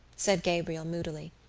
said gabriel moodily,